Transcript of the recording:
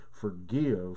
forgive